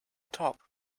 top